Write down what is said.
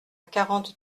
quarante